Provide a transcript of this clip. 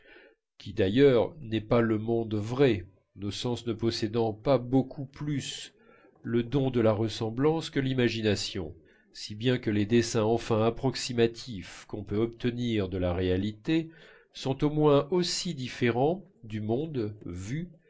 qui d'ailleurs n'est pas le monde vrai nos sens ne possédant pas beaucoup plus le don de la ressemblance que l'imagination si bien que les dessins enfin approximatifs qu'on peut obtenir de la réalité sont au moins aussi différents du monde vu